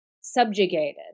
subjugated